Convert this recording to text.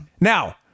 Now